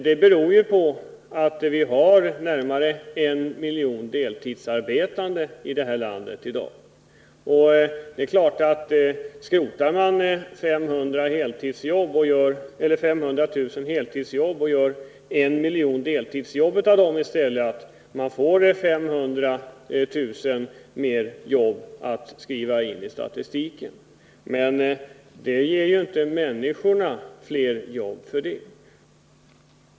Det hela beror på att vi har närmare 1 miljon deltidsarbetande i det här landet i dag, och det är klart att skrotar man 500 000 heltidsjobb och gör 1 miljon deltidsjobb av dem i stället, så får man 500 000 fler jobb att skriva in i statistiken. Men det ger inte människor fler jobb för det.